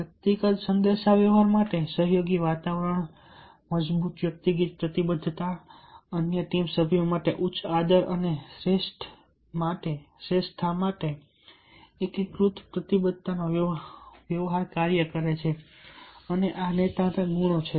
વ્યક્તિગત સંદેશાવ્યવહાર માટે સહયોગી વાતાવરણ મજબૂત વ્યક્તિગત પ્રતિબદ્ધતા અન્ય ટીમના સભ્યો માટે ઉચ્ચ આદર અને શ્રેષ્ઠતા માટે એકીકૃત પ્રતિબદ્ધતાનો વ્યવહાર કરે છે આ નેતાના ગુણો છે